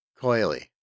Coily